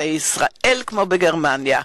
בישראל כמו בגרמניה,